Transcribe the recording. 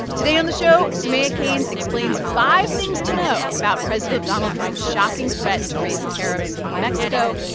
today on the show, soumaya keynes explains five things to know about president donald trump's shocking threat to raise tariffs on mexico.